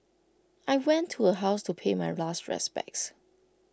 I went to her house to pay my last respects